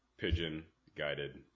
Pigeon-guided